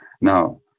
Now